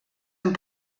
amb